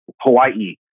Hawaii